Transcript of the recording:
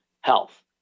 health